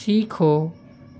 सीखो